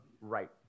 Right